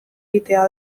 egitea